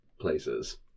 places